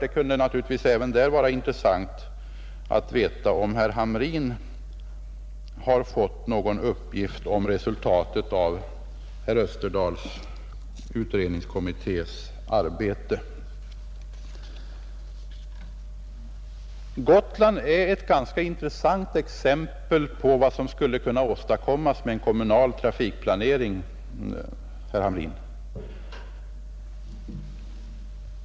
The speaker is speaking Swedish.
Det kunde naturligtvis även vara intressant att få veta, om herr Hamrin har fått någon uppgift om resultatet av det arbete som herr Österdahls utredningskommitté utfört. Gotland är ett ganska intressant exempel på vad som skulle kunna åstadkommas med en kommunal trafikplanering, herr Hamrin.